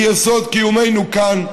היא יסוד קיומנו כאן.